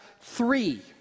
three